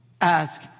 Ask